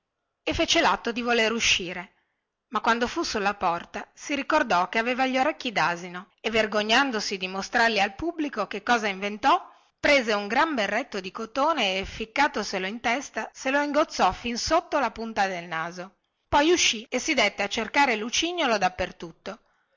e fece latto di volere uscire ma quando fu sulla porta si ricordò che aveva gli orecchi dasino e vergognandosi di mostrarli al pubblico che cosa inventò prese un gran berretto di cotone e ficcatoselo in testa se lo ingozzò fin sotto la punta del naso poi uscì e si dette a cercar lucignolo dappertutto